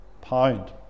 pound